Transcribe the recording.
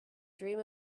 dream